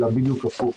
אלא בדיוק הפוך.